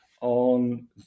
on